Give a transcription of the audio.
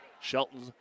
Shelton